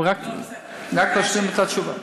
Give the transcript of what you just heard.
אבל רק להשלים את התשובה.